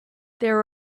there